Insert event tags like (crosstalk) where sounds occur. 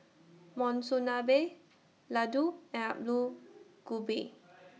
(noise) Monsunabe Ladoo and Alu Gobi